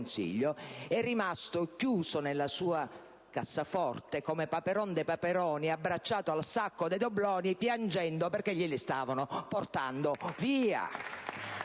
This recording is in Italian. è rimasto chiuso nella sua cassaforte, come Paperon de' Paperoni, abbracciato al sacco dei dobloni piangendo perché glieli stavano portando via.